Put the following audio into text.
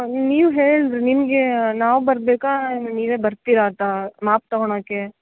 ನೀವು ಹೇಳ್ರಿ ನಿಮಗೆ ನಾವು ಬರಬೇಕಾ ಇಲ್ಲ ನೀವೇ ಬರ್ತೀರಾ ತಾ ಮಾಪ್ ತೊಗೊಳಕೆ